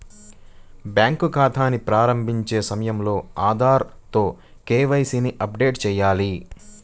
bank ఖాతాని ప్రారంభించే సమయంలో ఆధార్ తో కే.వై.సీ ని అప్డేట్ చేయాలి